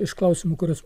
iš klausimų kuriuos